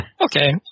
Okay